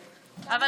בעד,